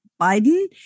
Biden